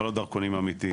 אבל לא דרכונים אמיתיים.